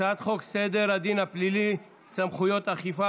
הצעת חוק סדר הדין הפלילי (סמכויות אכיפה,